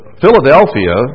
Philadelphia